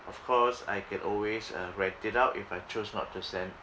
of course I can always uh rent it out if I choose not to send